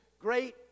great